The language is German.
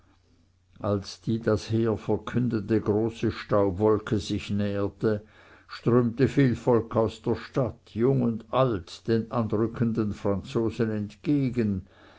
als die das heer verkündende große staubwolke sich näherte strömte viel volk aus der stadt jung und alt den anrückenden franzosen entgegen